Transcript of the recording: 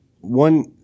one